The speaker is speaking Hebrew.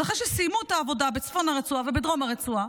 אז אחרי שסיימו את העבודה בצפון הרצועה ובדרום הרצועה,